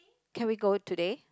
can we go today